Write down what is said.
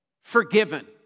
forgiven